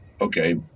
okay